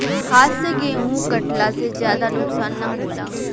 हाथ से गेंहू कटला से ज्यादा नुकसान ना होला